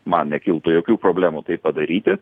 man nekiltų jokių problemų tai padaryti